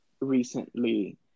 recently